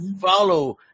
Follow